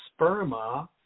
sperma